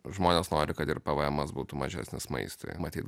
žmonės nori kad ir pvmas būtų mažesnis maistui matyt